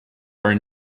are